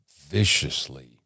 viciously